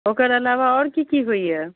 ओकर अलावा आओर कि कि होइए